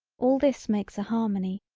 all this makes a harmony,